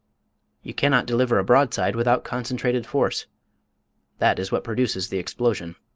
you cannot deliver a broadside without concentrated force that is what produces the explosion.